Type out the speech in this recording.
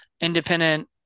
independent